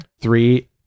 three